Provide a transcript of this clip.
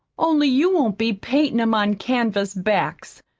only you won't be paintin' em on canvas backs.